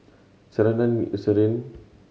Ceradan Eucerin